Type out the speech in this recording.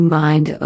mind